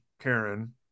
Karen